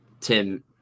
tim